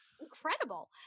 Incredible